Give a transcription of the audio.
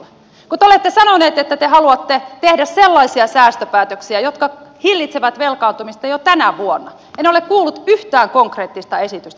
kun te olette sanonut että te haluatte tehdä sellaisia säästöpäätöksiä jotka hillitsevät velkaantumista jo tänä vuonna niin en ole kuullut yhtään konkreettista esitystä teiltä